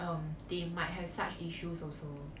um they might have such issues also